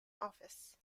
office